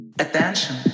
Attention